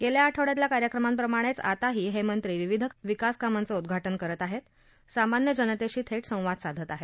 गेल्या आठवड्यातल्या कार्यक्रमांप्रमाणेच आताही हे मंत्री विविध विकासकामांचं उद्घाटन करत आहेत सामान्य जनतेशी थेट संवाद साधत आहेत